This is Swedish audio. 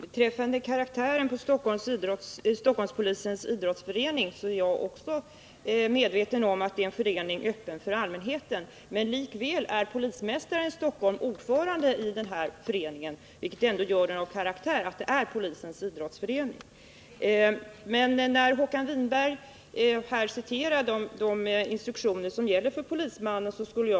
Herr talman! Jag är också medveten om att Stockholmspolisens idrottsförening är öppen för allmänheten. Men likväl är polismästaren i Stockholm ordförande i föreningen, vilket ändå ger den karaktären av att vara polisens idrottsförening. Håkan Winberg refererar till den instruktion som gäller för polisman.